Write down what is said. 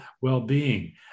well-being